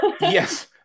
Yes